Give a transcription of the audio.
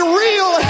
real